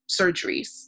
surgeries